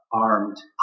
armed